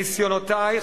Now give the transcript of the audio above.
ניסיונותי,